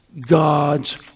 God's